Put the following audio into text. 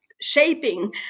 shaping